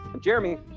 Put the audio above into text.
jeremy